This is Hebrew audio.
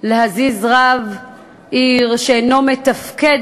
להזיז רב עיר שאינו מתפקד